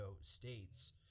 states